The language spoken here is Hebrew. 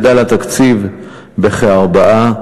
גדל התקציב בכ-4%,